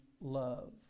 love